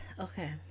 Okay